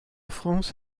france